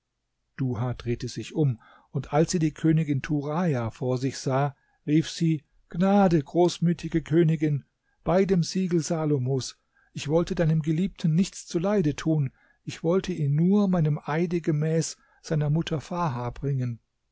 duha drehte sich um und als sie die königin turaja vor sich sah rief sie gnade großmütige königin bei dem siegel salomos ich wollte deinem geliebten nichts zuleide tun ich wollte ihn nur meinem eide gemäß seiner mutter farha bringen